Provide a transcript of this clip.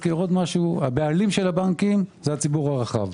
הבעלים של הבנקים זה הציבור הרחב.